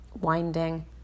winding